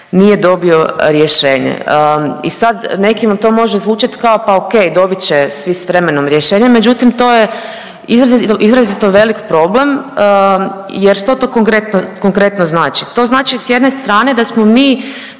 nije dobio rješenje i sad nekima to može zvučat kao pa okej dobit će svi s vremenom rješenje, međutim to je izrazito velik problem jer što to konkretno znači? To znači s jedne strane da smo mi